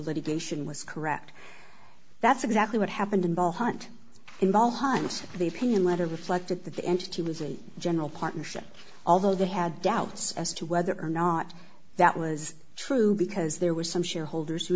litigation was correct that's exactly what happened in ball hunt involved hines the opinion letter reflected that the entity was in general partnership although they had doubts as to whether or not that was true because there was some shareholders who